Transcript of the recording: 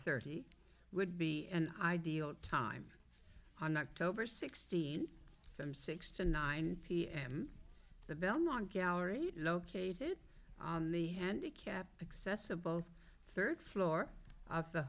thirty would be an ideal time on october sixteenth from six to nine pm the belmont gallery located the handicapped accessible third floor of the